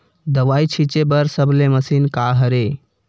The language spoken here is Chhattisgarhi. दवाई छिंचे बर सबले मशीन का हरे?